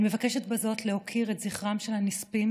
אני מבקשת בזאת להוקיר את זכרם של הנספים